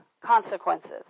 consequences